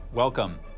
Welcome